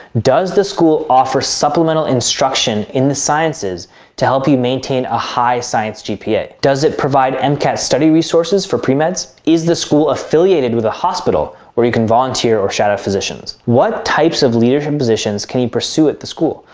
does the school offer supplemental instruction in the sciences to help you maintain a high science gpa? does it provide and mcat study resources for pre-meds? is the school affiliated with a hospital where you can volunteer or shadow physicians? what types of leadership positions can you pursue at the school?